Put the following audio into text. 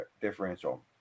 differential